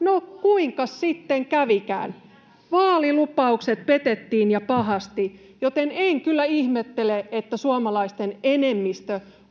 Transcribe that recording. No, kuinkas sitten kävikään? Vaalilupaukset petettiin ja pahasti, joten en kyllä ihmettele, että suomalaisten enemmistö